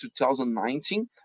2019